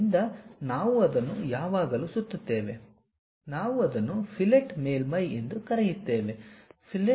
ಆದ್ದರಿಂದ ನಾವು ಅದನ್ನು ಯಾವಾಗಲೂ ಸುತ್ತುತ್ತೇವೆ ನಾವು ಅದನ್ನು ಫಿಲೆಟ್ ಮೇಲ್ಮೈ ಎಂದು ಕರೆಯುತ್ತೇವೆ